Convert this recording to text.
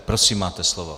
Prosím, máte slovo.